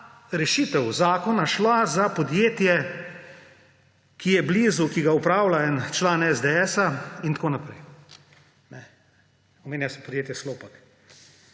rešitev zakona šla za podjetje, ki je blizu, ki ga upravlja en član SDS in tako naprej. Omenja se podjetje Slopak.